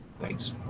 Thanks